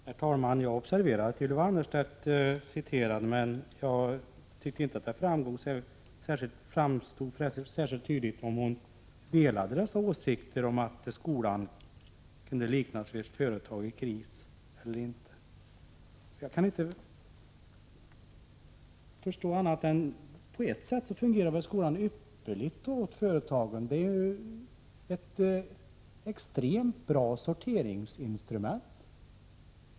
Herr talman! Jag observerade att Ylva Annerstedt citerade, men jag tyckte inte att det framgick särskilt tydligt om hon delade åsikten att skolan kunde liknas vid ett företag i kris eller inte. På ett sätt fungerar väl skolan ypperligt åt företagen — den är ju ett extremt bra sorteringsinstrument.